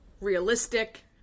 Realistic